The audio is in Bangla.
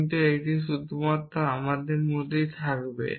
কিন্তু এটি শুধুমাত্র আমাদের মধ্যে থাকবে